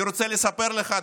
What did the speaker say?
אני רוצה לספר לך,